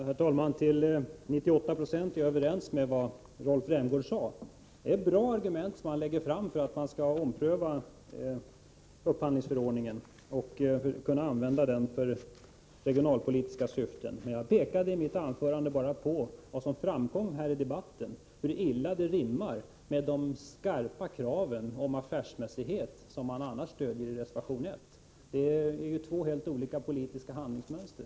Herr talman! Till 98 96 är jag överens med Rolf Rämgård. De argument som han lägger fram för att ompröva upphandlingsförordningen är bra. Han vill att den skall kunna användas i regionalpolitiska syften. I mitt anförande pekade jag bara på vad som framkom i debatten, nämligen hur illa den inställningen rimmar med de skarpa krav på affärsmässighet som man stöder i reservation 1. Det är ju två helt olika, politiska handlingsmönster.